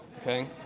okay